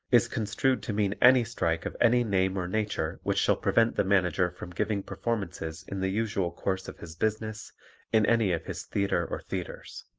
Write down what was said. is construed to mean any strike of any name or nature which shall prevent the manager from giving performances in the usual course of his business in any of his theatre or theatres.